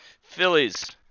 Phillies